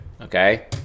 Okay